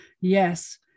yes